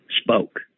spoke